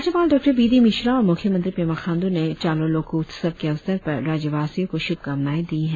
राज्यपाल डॉ B D Mishra और मुख्यमंत्री पेमा खांडू ने चालो लोकू उत्सव के अवसर पर राज्यवासियों को शुभ कामनाए दी है